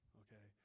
okay